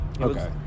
Okay